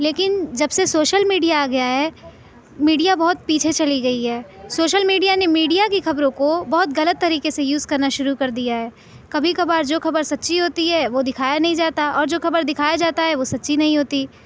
لیکن جب سے سوشل میڈیا آ گیا ہے میڈیا بہت پیچھے چلی گئی ہے سوشل میڈیا نے میڈیا کی خبروں کو بہت غلط طریقے سے یوز کرنا شروع کردیا ہے کبھی کبھار جو خبر سچی ہوتی ہے وہ دکھایا نہیں جاتا اور جو خبر دکھایا جاتا ہے وہ سچی نہیں ہوتی